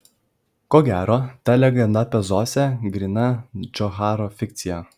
ko gero ta legenda apie zosę gryna džocharo fikcija